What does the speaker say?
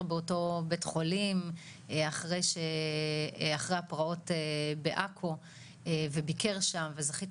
ביקר באותו בית חולים אחרי הפרעות בעכו וביקר שם וזכיתי